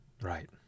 Right